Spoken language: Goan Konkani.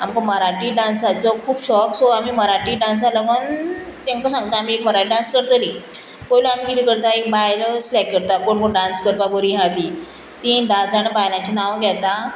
आमकां मराठी डांसाचो खूब शॉक सो आमी मराठी डांसा लागोन तेंका सांगता आमी एक मराठी डांस करतली पयलो आमी किदें करता एक बायलो सिलेक्ट करता कोण कोण डांस करपा बोरी आहा ती तीन धा जाण बायलांचें नांव घेता